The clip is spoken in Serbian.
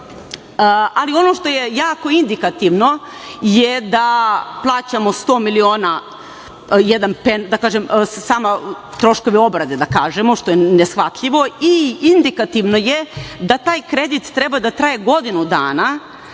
Ono što je jako indikativno je da plaćamo sto miliona samo troškove obrade, da kažemo, što je neshvatljivo i indikativna je da taj kredit treba da traje godinu dana,